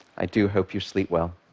i do hope you sleep well.